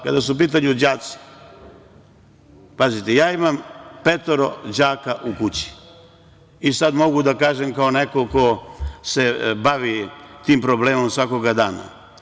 Kada su u pitanju đaci, pazite imam petoro đaka u kući i sada mogu da kažem kao neko ko se bavi tim problemom svakog dana.